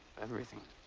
everything.